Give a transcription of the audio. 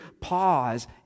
pause